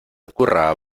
ocurra